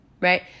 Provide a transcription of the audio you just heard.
Right